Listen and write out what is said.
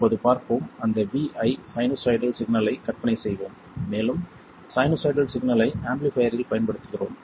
இப்போது பார்ப்போம் அந்த Vi சைனூசாய்டல் சிக்னலை கற்பனை செய்வோம் மேலும் சைனூசாய்டல் சிக்னலை ஆம்பிளிஃபைர்யில் பயன்படுத்துகிறோம்